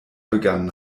begangen